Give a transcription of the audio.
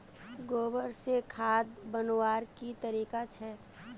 गोबर से खाद बनवार की तरीका छे?